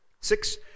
Six